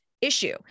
issue